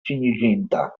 finiĝinta